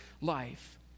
life